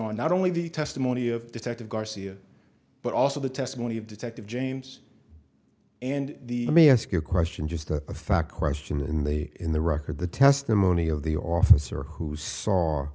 on not only the testimony of detective garcia but also the testimony of detective james and the may ask a question just a fact question in the in the record the testimony of the officer who saw